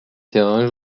terrain